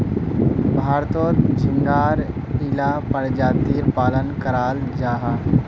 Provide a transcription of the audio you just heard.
भारतोत झिंगार इला परजातीर पालन कराल जाहा